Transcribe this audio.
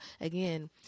again